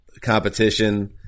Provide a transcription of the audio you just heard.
competition